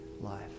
life